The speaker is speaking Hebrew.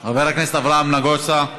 חבר הכנסת אברהם נגוסה,